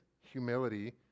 humility